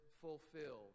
fulfilled